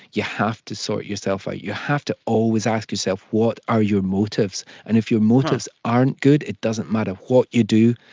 you have to sort yourself out. you have to always ask yourself, what are your motives? and if your motives aren't good, it doesn't matter what you do.